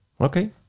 Okay